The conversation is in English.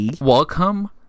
welcome